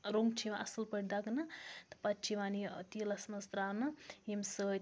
ٲں رۄنٛگ چھِ یِوان اصٕل پٲٹھۍ دَگنہٕ تہٕ پَتہٕ چھِ یِوان یہِ تیٖلَس مَنٛز ترٛاونہٕ ییٚمہِ سۭتۍ